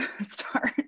start